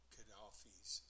Gaddafi's